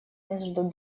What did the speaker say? между